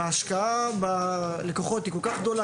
וההשקעה בשמירת הלקוחות היא כול כך גדולה,